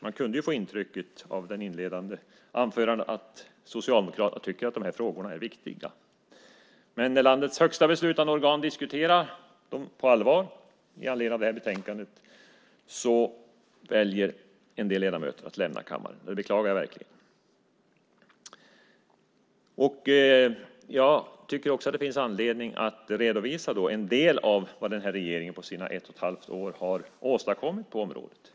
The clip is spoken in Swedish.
Man kunde av hans inledande anförande få intrycket att Socialdemokraterna tycker att dessa frågor är viktiga. Men när landets högsta beslutande organ diskuterar dessa frågor på allvar med anledning av detta betänkande väljer en del ledamöter att lämna kammaren. Det beklagar jag verkligen. Jag tycker också att det finns anledning att redovisa en del av vad denna regering under sina ett och ett halvt år har åstadkommit på området.